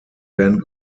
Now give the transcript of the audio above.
werden